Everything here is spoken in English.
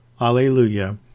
Alleluia